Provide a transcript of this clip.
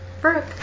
Brooke